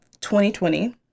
2020